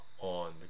on